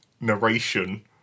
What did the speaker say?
narration